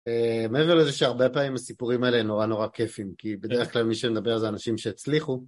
מעבר לזה שהרבה פעמים הסיפורים האלה הם נורא נורא כייפים כי בדרך כלל מי שמדבר זה אנשים שהצליחו.